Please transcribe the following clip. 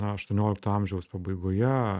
aštuoniolikto amžiaus pabaigoje